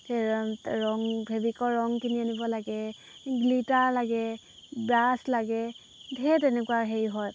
ৰং ৰং ফেব্ৰিকৰ ৰং কিনি আনিব লাগে গ্লিটাৰ লাগে ব্ৰাছ লাগে ধেৰ তেনেকুৱা হেৰি হয়